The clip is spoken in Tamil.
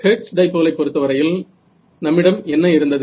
ஹெர்ட்ஸ் டைப்போலை பொருத்தவரையில் நம்மிடம் என்ன இருந்தது